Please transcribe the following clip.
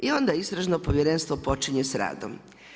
I onda istražno povjerenstvo počinje s radom.